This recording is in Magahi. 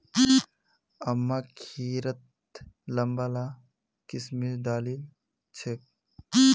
अम्मा खिरत लंबा ला किशमिश डालिल छेक